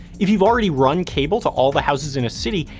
if you've already run cable to all the houses in a city,